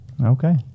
Okay